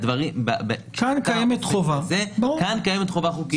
כאן קיימת חובה חוקית.